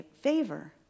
favor